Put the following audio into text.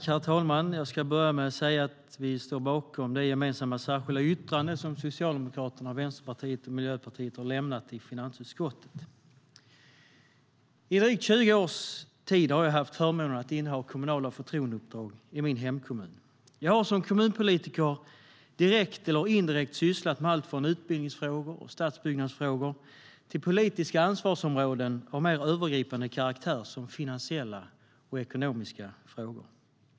Herr talman! Vi står bakom det gemensamma särskilda yttrande som Socialdemokraterna, Vänsterpartiet och Miljöpartiet har lämnat i finansutskottet. I drygt 20 års tid har jag haft förmånen att inneha kommunala förtroendeuppdrag i min hemkommun. Jag har som kommunpolitiker direkt eller indirekt sysslat med allt från utbildningsfrågor och stadsbyggnadsfrågor till politiska ansvarsområden av mer övergripande karaktär, såsom finansiella och ekonomiska frågor.